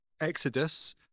Exodus